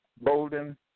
Bolden